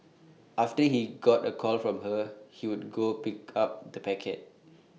after he got A call from her he would go pick up the packet